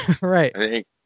Right